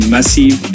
Massive